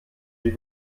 die